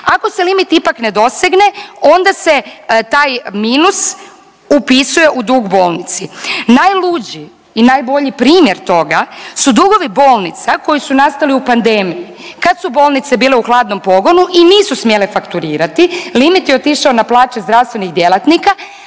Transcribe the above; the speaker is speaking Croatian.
Ako se limit ipak ne dosegne onda se taj minus upisuje u dug bolnici. Najluđi i najbolji primjer toga su dugovi bolnica koji su nastali u pandemiji, kad su bolnice bile u hladnom pogonu i nisu smjele fakturirati limit je otišao na plaće zdravstvenih djelatnika,